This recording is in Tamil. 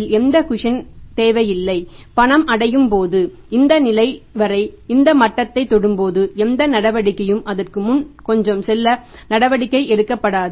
இம் தேவையில்லை பணம் அடையும் போது இந்த நிலை வரை இந்த மட்டத்தை தொடும்போது எந்த நடவடிக்கையும் அதற்கு முன் கொஞ்சம் சொல்ல நடவடிக்கை எடுக்கப்படாது